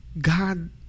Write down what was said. God